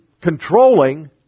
controlling